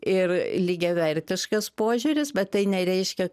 ir lygiavertiškas požiūris bet tai nereiškia